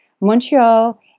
Montreal